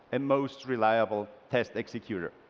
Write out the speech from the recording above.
and most reliable tests. like so like you know